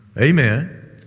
Amen